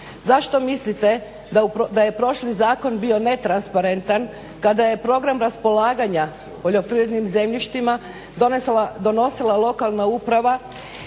Zašto mislite da je prošli zakon bio netransparentan kada je program raspolaganja poljoprivrednim zemljištima donosila lokalna uprava.